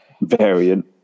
variant